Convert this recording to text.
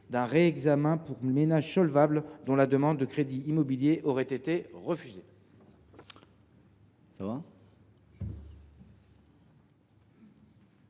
d’un réexamen pour les ménages solvables dont la demande de crédit immobilier aurait été refusée.